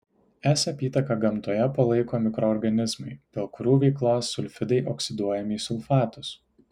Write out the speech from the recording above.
s apytaką gamtoje palaiko mikroorganizmai dėl kurių veiklos sulfidai oksiduojami į sulfatus